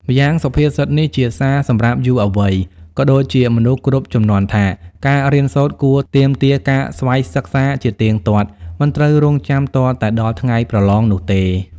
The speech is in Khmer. ម្យ៉ាងសុភាសិតនេះ ជាសារសម្រាប់យុវវ័យ ក៏ដូចជាមនុស្សគ្រប់ជំនាន់ថា ការរៀនសូត្រគួរទាមទារការស្វ័យសិក្សាជាទៀងទាត់មិនត្រូវរងចាំទាល់តែដល់ថ្ងៃប្រឡងនោះទេ។